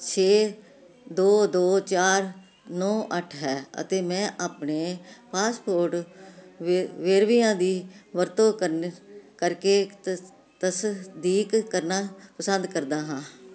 ਛੇ ਦੋ ਦੋ ਚਾਰ ਨੌ ਅੱਠ ਹੈ ਅਤੇ ਮੈਂ ਆਪਣੇ ਪਾਸਪੋਰਟ ਵੇ ਵੇਰਵਿਆਂ ਦੀ ਵਰਤੋਂ ਕਰਨ ਕਰਕੇੇ ਤਸ ਤਸਦੀਕ ਕਰਨਾ ਪਸੰਦ ਕਰਦਾ ਹਾਂ